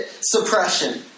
suppression